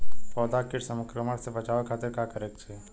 पौधा के कीट संक्रमण से बचावे खातिर का करे के चाहीं?